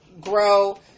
Grow